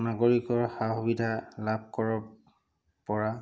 নাগৰিকৰ হা সুবিধা লাভ কৰা পৰা